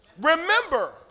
remember